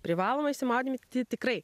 privaloma išsimaudyti tikrai